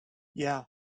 yeah